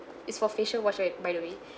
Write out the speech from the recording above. is for facial wash right by the way